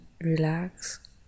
relax